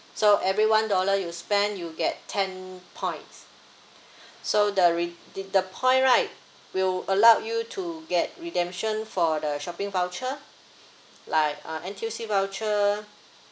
so every one dollar you spent you get ten points so the re~ the point right will allow you to get redemption for the shopping voucher like uh N_T_U_C voucher